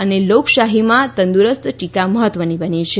અને લોકશાહીમાં તંદુરસ્ત ટીકા મહત્વની બની છે